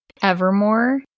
Evermore